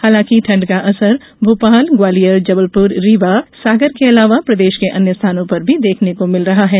हालांकि ठंड का असर भोपाल ग्वालियर जबलपुर रीवा सागर के अलावा प्रदेश के अन्य स्थानों पर भी देखने को मिल रहा है